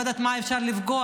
אני לא יודעת איך אפשר לפגוע,